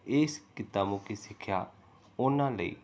ਇਸ ਕਿੱਤਾ ਮੁਖੀ ਸਿੱਖਿਆ ਉਹਨਾਂ ਲਈ